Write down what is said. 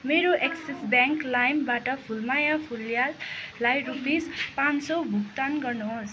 मेरो Axis bank लाइमबाट फुलमाया फुल्याललाई रुपिस पान सौ भुक्तान गर्नुहोस्